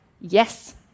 yes